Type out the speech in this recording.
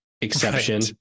exception